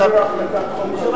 החלטת חוק,